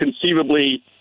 conceivably